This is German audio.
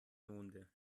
monde